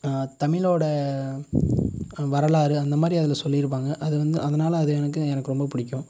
தமிழோட வரலாறு அந்த மாதிரி அதில் சொல்லியிருப்பாங்க அதுவந்து அதனால் எனக்கு எனக்கு ரொம்ப பிடிக்கும்